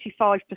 85%